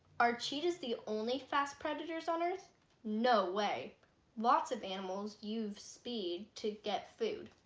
our cheat is the only fast predators on earth no way lots of animals you've speed to get food